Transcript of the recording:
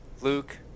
Luke